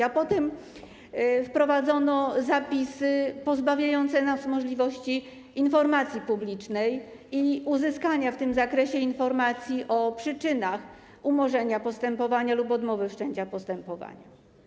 A potem wprowadzono zapisy pozbawiające nas możliwości dostępu do informacji publicznej i uzyskania w tym zakresie informacji o przyczynach umorzenia postępowania lub odmowy wszczęcia postępowania.